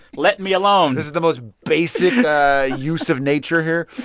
let me alone this is the most basic use of nature here.